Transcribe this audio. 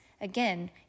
Again